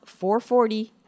440